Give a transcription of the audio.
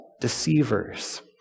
deceivers